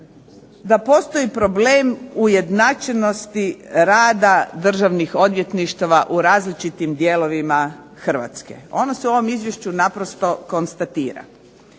da postoji problem ujednačenosti rada državnih odvjetništava u različitim dijelovima Hrvatske. Ono se u ovom Izvješću naprosto konstatira.